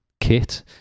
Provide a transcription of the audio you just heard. kit